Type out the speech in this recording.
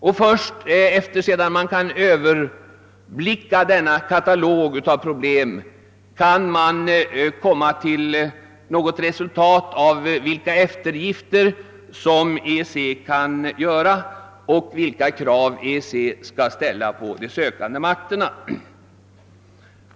Och först sedan man kan överblicka denna katalog av problem är det möjligt att få någon uppfattning om vilka eftergifter EEC kan göra och vilka krav EEC kommer att ställa på de sökande staterna.